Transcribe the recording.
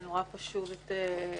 אני רואה פה את חברותיי